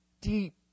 deep